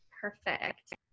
Perfect